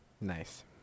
nice